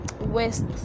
West